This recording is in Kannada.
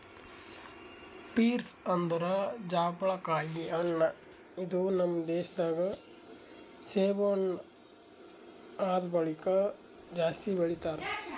ಪೀರ್ಸ್ ಅಂದುರ್ ಜಾಪುಳಕಾಯಿ ಹಣ್ಣ ಇದು ನಮ್ ದೇಶ ದಾಗ್ ಸೇಬು ಹಣ್ಣ ಆದ್ ಬಳಕ್ ಜಾಸ್ತಿ ಬೆಳಿತಾರ್